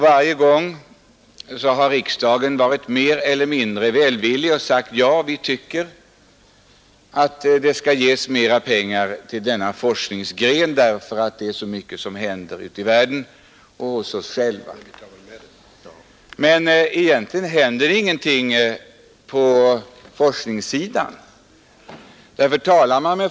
Varje gång har riksdagen varit mer eller mindre välvillig och sagt: Ja, vi tycker att det skall ges mer pengar till denna forskningsgren, eftersom så mycket händer ute i världen och hos oss själva på detta område. Men trots detta händer för lite på forskningssidan.